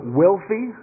wealthy